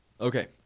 okay